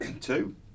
Two